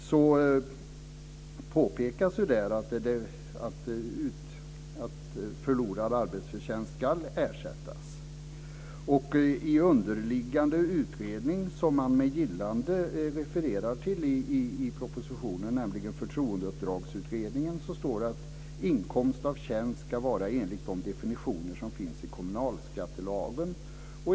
Där påpekas att förlorad arbetsförtjänst ska ersättas. I underliggande utredning, som man med gillande refererar till i propositionen, nämligen Förtroendeuppdragsutredningen, står det att inkomst av tjänst ska vara enligt de definitioner som finns i kommunalskattelagen.